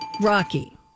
Rocky